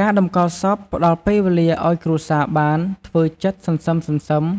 ការតម្កល់សពផ្តល់ពេលវេលាឱ្យគ្រួសារបាន ធ្វើចិត្តសន្សឹមៗ